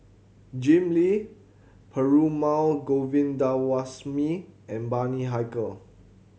Jim Lim Perumal Govindaswamy and Bani Haykal